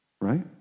Right